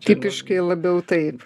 tipiškai labiau taip